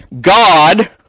God